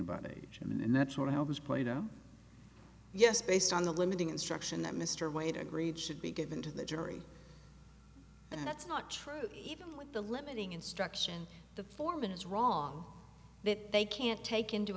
plato yes based on the limiting instruction that mr wade agreed should be given to the jury and that's not true even with the limiting instruction the foreman is wrong that they can't take into